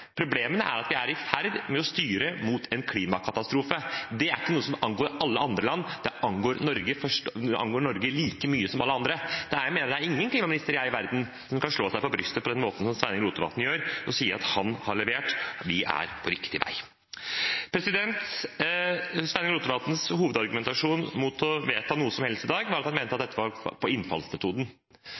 er at de er i ferd med å styre mot en klimakatastrofe. Det er ikke noe som bare angår alle andre land, det angår Norge like mye som alle andre. Jeg mener det er ingen klimaminister i verden som kan slå seg på brystet på den måten Sveinung Rotevatn gjør, og si at han har levert, at vi er på riktig vei. Sveinung Rotevatns hovedargumentasjon mot å vedta noe som helst i dag var at han mente at dette var på innfallsmetoden. Da Miljøpartiet De Grønnes Une Bastholm spurte om han kunne si hva han mente var innfallsmetoden